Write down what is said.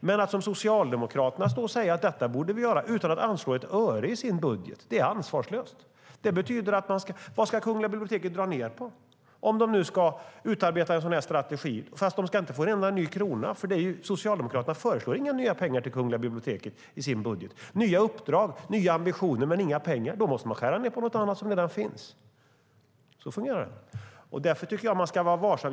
Men att Socialdemokraterna står och säger att vi borde göra det utan att anslå ett öre i sin budget är ansvarslöst. Vad ska Kungliga biblioteket dra ned på om de ska utarbeta en sådan strategi? De får inte en enda ny krona, för Socialdemokraterna föreslår inga nya pengar till Kungliga biblioteket i sin budget. Nya uppdrag, nya ambitioner men inga pengar - då måste ni skära ned på något annat, något som redan finns. Så får ni göra. Därför tycker jag att man ska vara varsam.